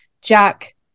Jack